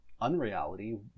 unreality